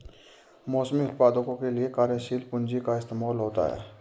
मौसमी उत्पादों के लिये कार्यशील पूंजी का इस्तेमाल होता है